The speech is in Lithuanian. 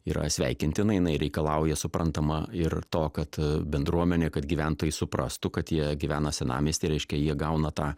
yra sveikintina jinai reikalauja suprantama ir to kad bendruomenė kad gyventojai suprastų kad jie gyvena senamiestyje reiškia jie gauna tą